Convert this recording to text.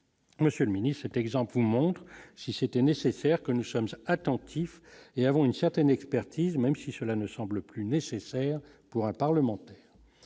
monsieur le ministre est exemple montre si c'était nécessaire, que nous sommes attentifs et avant une certaine expertise, même si cela ne semble plus nécessaire pour un parlementaire,